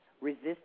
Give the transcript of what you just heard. Resist